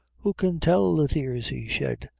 who can tell the tears he shed,